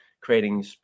creating